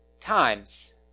times